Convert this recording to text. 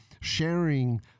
sharing